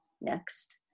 next